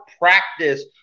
practice